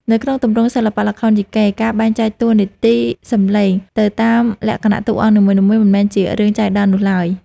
នៅក្នុងទម្រង់សិល្បៈល្ខោនយីកេ ការបែងចែកតួនាទីសំឡេងទៅតាមលក្ខណៈតួអង្គនីមួយៗ មិនមែនជារឿងចៃដន្យនោះឡើយ។